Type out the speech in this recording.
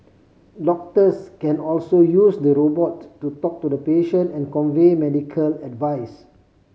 doctors can also use the robot to to talk to the patient and convey medical advice